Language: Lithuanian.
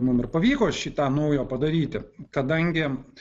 mum ir pavyko šį tą naujo padaryti kadangi